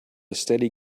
steady